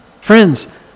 friends